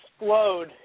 explode